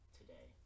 today